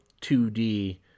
2D